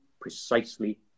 precisely